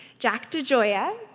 jack degioia,